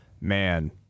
Man